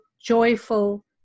joyful